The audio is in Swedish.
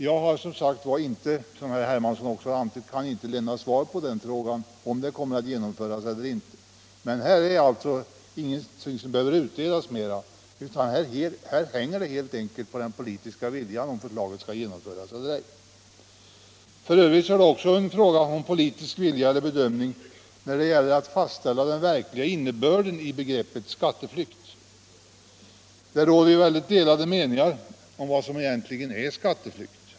Det går som sagt var inte — herr Hermansson antydde detta — att lämna svar på frågan om förslaget kommer att genomföras eller inte. Men här är alltså ingenting som behöver utredas mera, utan det hänger helt enkelt på den politiska viljan om förslaget skall genomföras eller ej. F. ö. är det också fråga om politisk vilja eller bedömning när det gäller att fastställa den verkliga innebörden i begreppet skatteflykt. Det råder ju väldigt delade meningar om vad som egentligen är skatteflykt.